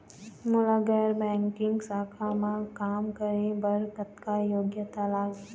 मोला गैर बैंकिंग शाखा मा काम करे बर कतक योग्यता लगही?